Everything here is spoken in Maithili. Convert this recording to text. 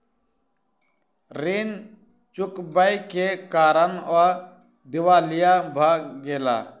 ऋण चुकबै के कारण ओ दिवालिया भ गेला